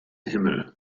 himmel